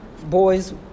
boys